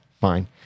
fine